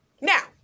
Now